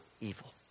evil